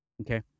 Okay